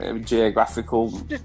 geographical